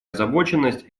озабоченность